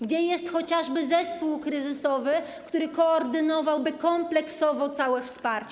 Gdzie jest chociażby zespół kryzysowy, który koordynowałby kompleksowo całe wsparcie?